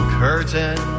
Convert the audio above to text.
curtain